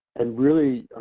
and really